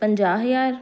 ਪੰਜਾਹ ਹਜ਼ਾਰ